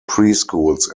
preschools